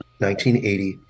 1980